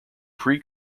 pre